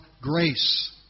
grace